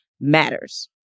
matters